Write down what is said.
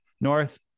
north